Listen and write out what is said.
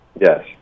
Yes